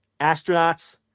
astronauts